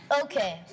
Okay